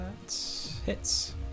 hits